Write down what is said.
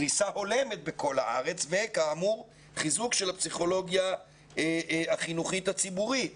פריסה הולמת בכל הארץ וכאמור חיזוק של הפסיכולוגיה החינוכית הציבורית